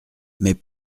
mais